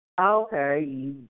Okay